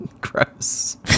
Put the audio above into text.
gross